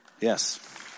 Yes